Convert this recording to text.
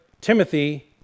Timothy